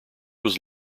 was